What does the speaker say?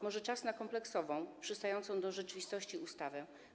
Może czas na kompleksową, przystającą do rzeczywistości ustawę?